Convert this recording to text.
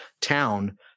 town